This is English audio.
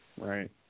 right